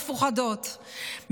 מפוחדות,